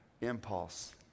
impulse